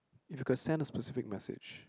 if you could send a specific message